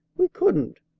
we couldn't.